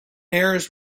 mares